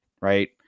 Right